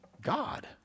God